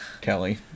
Kelly